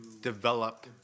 develop